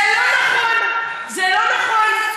זה לא נכון, זה לא נכון.